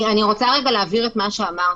אני רוצה להבהיר את מה שאמרתי.